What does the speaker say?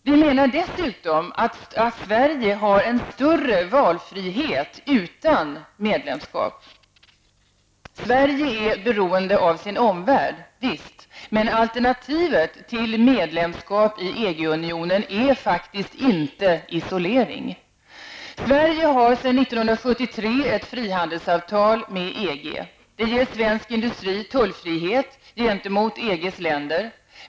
Vi menar dessutom att Sverige har en större valfrihet utan medlemskap. Visst är Sverige beroende av sin omvärld. Men alternativet till medlemskap i EG-unionen är faktiskt inte isolering. Sverige har sedan 1973 ett frihandelsavtal med EG. Det ger svensk industri tullfrihet gentemot EGs länder.